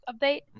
update